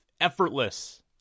effortless